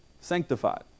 sanctified